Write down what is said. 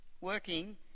working